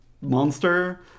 monster